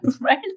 right